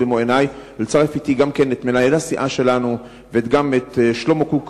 במו-עיני ולצרף אתי את מנהל הסיעה שלנו וגם את שלמה קוק,